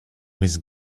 was